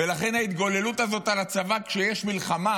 ולכן ההתגוללות הזאת על הצבא כשיש מלחמה,